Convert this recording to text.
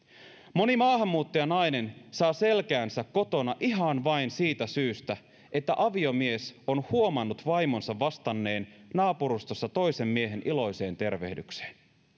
moni maahanmuuttajanainen saa selkäänsä kotona ihan vain siitä syystä että aviomies on huomannut vaimonsa vastanneen naapurustossa toisen miehen iloiseen tervehdykseen